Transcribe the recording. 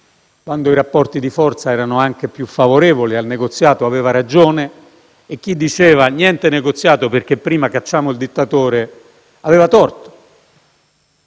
quando i rapporti di forza erano anche più favorevoli al negoziato aveva ragione e chi invece diceva di non negoziare perché prima bisognava cacciare il dittatore aveva torto.